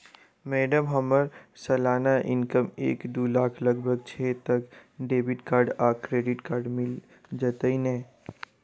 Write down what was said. Madam हम्मर सलाना income एक दु लाख लगभग छैय तऽ डेबिट कार्ड आ क्रेडिट कार्ड मिल जतैई नै?